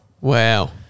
Wow